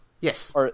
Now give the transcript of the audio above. Yes